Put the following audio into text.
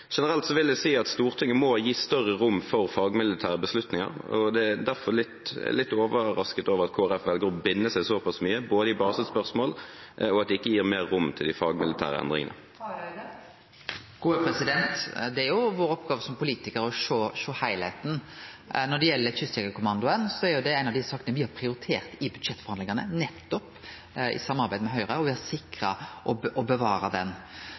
Generelt vil jeg si at Stortinget må gi større rom for fagmilitære beslutninger. Det er derfor jeg er litt overrasket over at Kristelig Folkeparti velger å binde seg såpass mye, både i basespørsmål og ved at de ikke gir mer rom for de fagmilitære endringene. Det er oppgåva vår som politikarar å sjå heilskapen. Når det gjeld Kystjegerkommandoen, er det ei av dei sakene me har prioritert i budsjettforhandlingane, nettopp i samarbeid med Høgre. Me har sikra å bevare han. Eit anna eksempel er utdanningssystemet. I salen sit forsvarssjefen, og